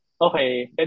okay